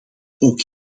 ook